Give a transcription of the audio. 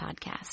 Podcast